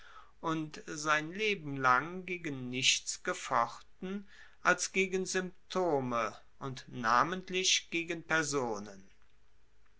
und sein leben lang gegen nichts gefochten als gegen symptome und namentlich gegen personen